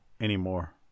anymore